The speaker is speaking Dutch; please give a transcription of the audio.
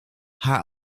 haar